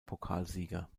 pokalsieger